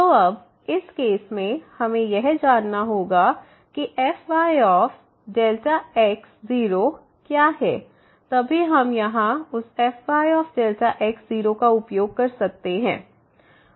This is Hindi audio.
तो अब इस केस में हमें यह जानना होगा कि fyΔx0 क्या है तभी हम यहाँ उस fyΔx0 का उपयोग कर सकते हैं